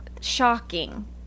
shocking